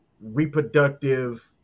reproductive